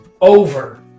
over